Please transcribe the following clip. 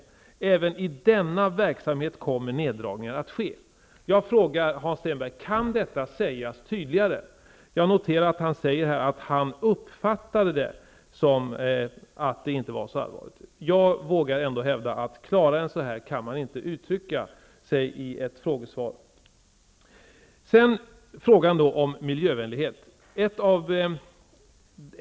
Även i denna verksamhet kommer det att ske neddragningar. Jag frågar Hans Stenberg: Kan detta sägas tydligare? Jag noterar att han uppfattade det hela som att det inte var så allvarligt. Jag vågar ändå hävda att klarare än så här kan man inte uttrycka sig i ett frågesvar. Sedan till frågan om miljövänlighet.